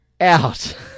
out